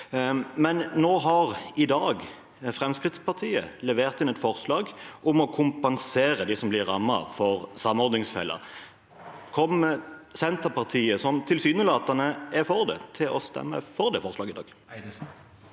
av. Nå har Fremskrittspartiet i dag levert inn et forslag om å kompensere dem som blir rammet av samordningsfellen. Kommer Senterpartiet, som tilsynelatende er for det, til å stemme for det forslaget i dag?